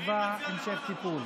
שתקבע המשך טיפול.